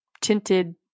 tinted